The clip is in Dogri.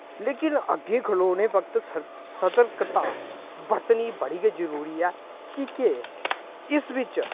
लेकिन अग्गें खलोने वक्त सतर्कता बरतनी बड़ी गै जरूरी ऐ कि के इस बिच्च